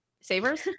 Savers